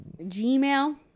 Gmail